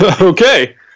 Okay